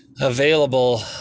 available